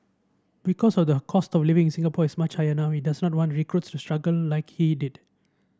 because of the cost of living in Singapore is much higher now we does not want recruits struggle like he did